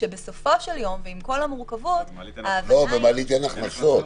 בסופו של יום ועם כל המורכבות ההבנה היא --- במעלית אין הכנסות.